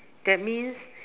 that means